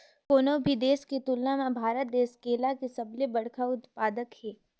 कोनो भी देश के तुलना म भारत देश केला के सबले बड़खा उत्पादक हे